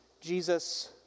Jesus